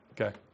Okay